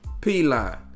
P-Line